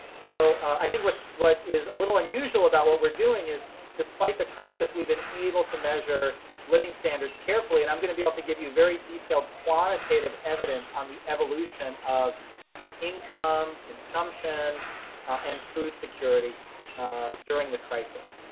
so i think what so what is a little unusual about what we're doing is despite the crisis we've been able to measure living standards carefully, and i'm gonna be able to give you very detailed quantitative evidence on the evolution of income, consumption and food security during the crisis.